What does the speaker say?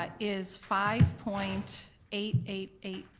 ah is five point eight eight eight,